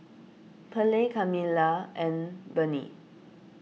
Perley Camilla and Bernie